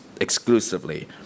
exclusively